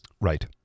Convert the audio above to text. right